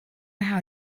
how